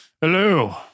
Hello